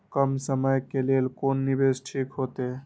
कम समय के लेल कोन निवेश ठीक होते?